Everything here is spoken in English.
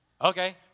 Okay